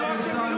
אבל הזמן תם,